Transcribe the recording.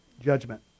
Judgment